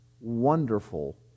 wonderful